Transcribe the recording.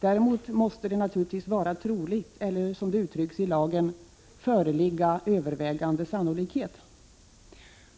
Däremot måste det naturligtvis vara troligt eller, som det uttrycks i lagen, ”föreligga övervägande sannolikhet”.